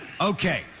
Okay